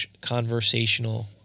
conversational